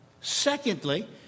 Secondly